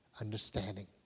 understanding